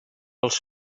els